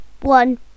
One